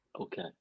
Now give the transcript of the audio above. Okay